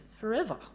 forever